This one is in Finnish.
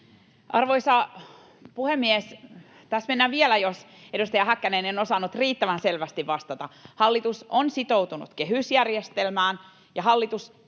Arvoisa puhemies! Mennään vielä tähän, jos, edustaja Häkkänen, en osannut riittävän selvästi vastata: hallitus on sitoutunut kehysjärjestelmään, ja hallitus